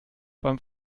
beim